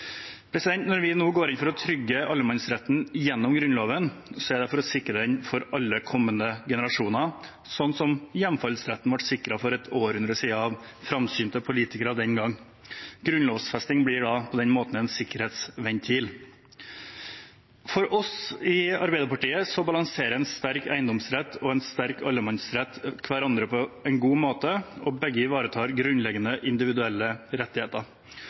Når vi nå går inn for å trygge allemannsretten gjennom Grunnloven, er det for å sikre den for alle kommende generasjoner, sånn som hjemfallsretten ble sikret for et århundre siden av framsynte politikere den gangen. Grunnlovsikring blir på den måten en sikkerhetsventil. For oss i Arbeiderpartiet balanserer en sterk eiendomsrett og en sterk allemannsrett hverandre på en god måte, og begge ivaretar grunnleggende individuelle rettigheter.